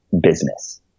business